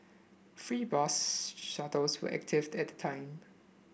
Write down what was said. free bus shuttles were activated at the time